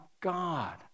God